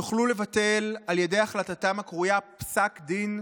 יוכלו לבטל על ידי החלטתם הקרויה 'פסק דין',